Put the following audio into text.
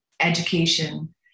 education